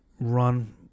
run